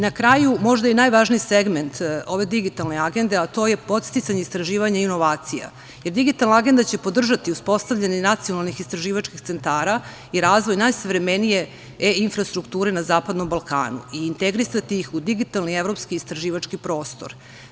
Na kraju, možda i najvažniji segment ove digitalne agende, a to je podsticanje istraživanja inovacija, jer digitalna agenda će podržati uspostavljanje nacionalnih istraživačkih centara i razvoj najsavremenije e-infrastrukture na Zapadnom Balkanu i integrisati ih u digitalni evropski istraživački prostor.